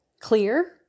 clear